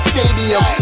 Stadium